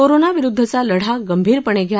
कोरोनाविरुदधचा लढा गंभीरपणे घ्या